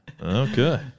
Okay